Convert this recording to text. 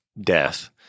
death